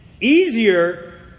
easier